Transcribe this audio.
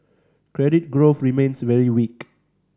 credit growth remains very weak